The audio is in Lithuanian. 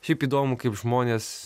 šiaip įdomu kaip žmonės